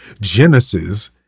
Genesis